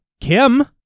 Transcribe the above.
Kim